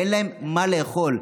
אין להם מה לאכול.